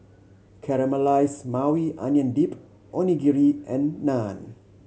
Caramelize Maui Onion Dip Onigiri and Naan